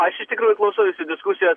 aš iš tikrųjų klausau jūsų diskusijos